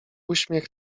uśmiech